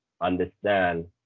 understand